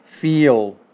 feel